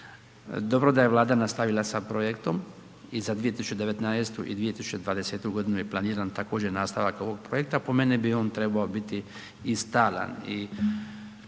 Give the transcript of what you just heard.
Dobro da je Vlada nastavila sa projektom i za 2019. i 2020.g. je planiran također nastavak ovog projekta, po meni bi on trebao biti i stalan